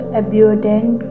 abundant